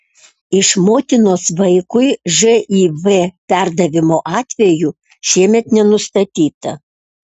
iš motinos vaikui živ perdavimo atvejų šiemet nenustatyta